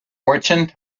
fortune